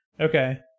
Okay